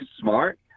smart